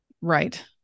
Right